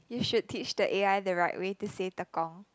you should teach the a_i the right way to say Tekong